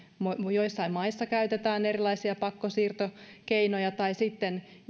joissain maissa käytetään erilaisia pakkosiirtokeinoja tai sitten